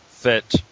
Fit